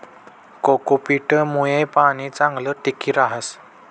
cocopeat मुये पाणी चांगलं टिकी रहास